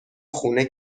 خونه